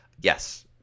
yes